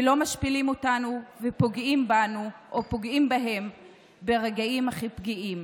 ולא משפילים אותנו ופוגעים בנו או פוגעים בהם ברגעים הכי פגיעים.